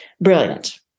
Brilliant